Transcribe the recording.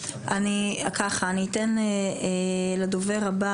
הגזענות והאלימות מהמגרשים.